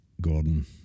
Gordon